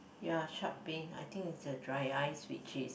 ya sharp pain I think is the dry ice which is